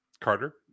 Carter